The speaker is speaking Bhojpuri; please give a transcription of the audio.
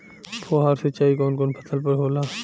फुहार सिंचाई कवन कवन फ़सल पर होला?